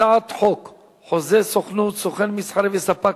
הצעת חוק חוזה סוכנות (סוכן מסחרי וספק),